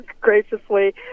graciously